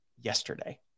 yesterday